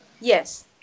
yes